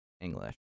English